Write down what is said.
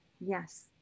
Yes